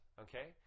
okay